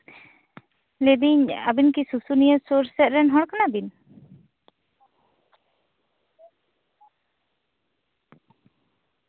ᱞᱟᱹᱭ ᱫᱟᱹᱧ ᱟᱵᱤᱱ ᱠᱤ ᱥᱩᱥᱩᱱᱤᱭᱟᱹ ᱥᱩᱨ ᱥᱮᱫ ᱨᱮᱱ ᱦᱚᱲ ᱠᱟᱱᱟ ᱵᱤᱱ